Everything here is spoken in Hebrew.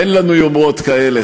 אין לנו יומרות כאלה,